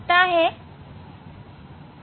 हां